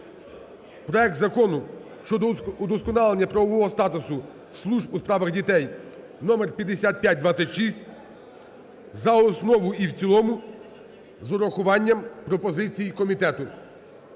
проект Закону щодо удосконалення правового статусу служб у справах дітей (номер 5526) за основу і в цілому з урахуванням пропозицій комітету.